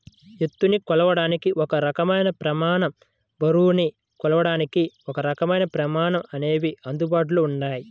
ఎత్తుని కొలవడానికి ఒక రకమైన ప్రమాణం, బరువుని కొలవడానికి ఒకరకమైన ప్రమాణం అనేవి అందుబాటులో ఉన్నాయి